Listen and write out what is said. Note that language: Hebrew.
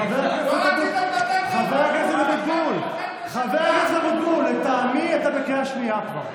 חבר הכנסת אבוטבול, לטעמי אתה בקריאה שנייה כבר.